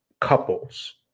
couples